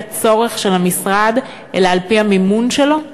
הצורך של המשרד אלא על-פי המימון שלו?